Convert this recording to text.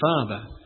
Father